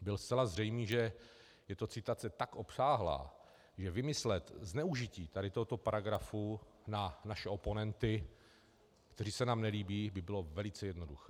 Bylo zcela zřejmé, že je to citace tak obsáhlá, že vymyslet zneužití tohohle paragrafu na naše oponenty, kteří se nám nelíbí, by bylo velice jednoduché.